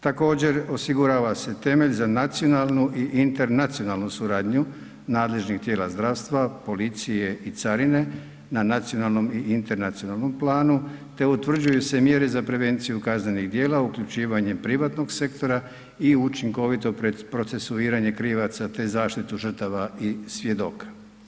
Također, osigurava se temelj za nacionalnu i internacionalnu suradnju nadležnih tijela zdravstva, policije i carina na nacionalnom i internacionalnom planu te utvrđuju se mjere za prevenciju kaznenih djela uključivanjem privatnog sektora i učinkovito procesuiranje krivaca te zaštitu žrtava i svjedoka.